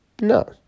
No